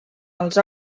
els